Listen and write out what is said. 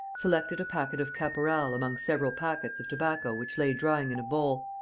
selected a packet of caporal among several packets of tobacco which lay drying in a bowl,